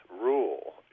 rule